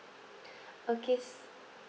okay